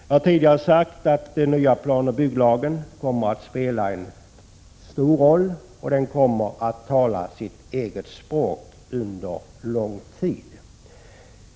Jag har tidigare sagt att den nya planoch bygglagen kommer att spela en stor roll och att den kommer att tala sitt eget språk under lång tid.